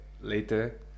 later